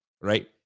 right